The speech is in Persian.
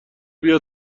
بیا